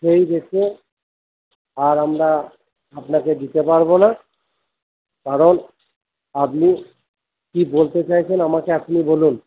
সেই রেটে আর আমরা আপনাকে দিতে পারবো না কারণ আপনি কী বলতে চাইছেন আমাকে আপনি বলুন